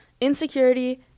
Insecurity